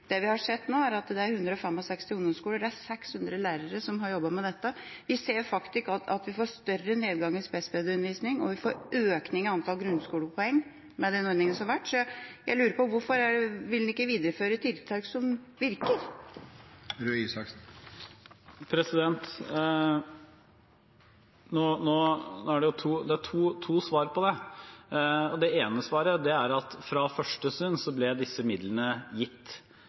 Det vi har sett nå, er at 165 ungdomsskoler og 600 lærere har jobbet med dette. Vi ser faktisk at vi får større nedgang i spesialpedagogikkundervisningen, og vi får økning i antall grunnskolepoeng med den ordninga som har vært. Så jeg lurer på: Hvorfor vil en ikke videreføre tiltak som virker? Det er to svar på det. Det ene svaret er at fra første stund ble disse midlene gitt